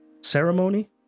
ceremony